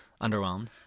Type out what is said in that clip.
underwhelmed